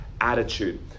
attitude